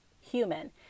human